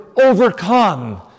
overcome